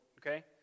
okay